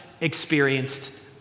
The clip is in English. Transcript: experienced